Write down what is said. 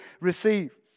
receive